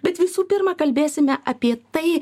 bet visų pirma kalbėsime apie tai